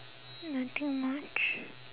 nothing much